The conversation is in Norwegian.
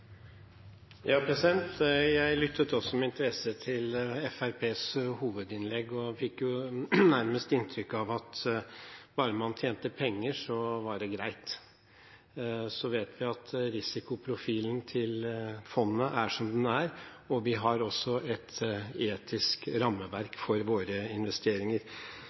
Jeg lyttet også med interesse til Fremskrittspartiets hovedinnlegg og fikk nærmest inntrykk av at bare man tjente penger, var det greit. Så vet vi at risikoprofilen til fondet er som den er, og vi har også et etisk rammeverk for våre investeringer.